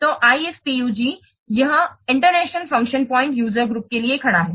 तो IFPUG यह international function points user group के लिए खड़ा है